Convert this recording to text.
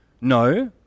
No